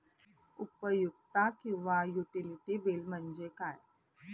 उपयुक्तता किंवा utility bill म्हणजे काय?